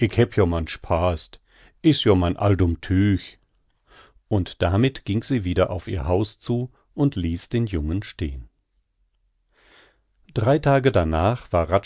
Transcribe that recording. is joa man all dumm tüg und damit ging sie wieder auf ihr haus zu und ließ den jungen stehn drei tage danach